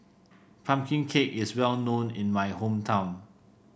pumpkin cake is well known in my hometown